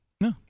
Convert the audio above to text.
no